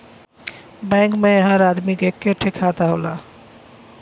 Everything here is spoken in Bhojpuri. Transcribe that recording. बैंक मे हर आदमी क एक ठे खाता होला